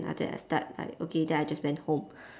after that I start like okay then I just went home